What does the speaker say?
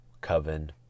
coven